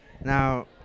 now